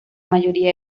mayoría